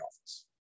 office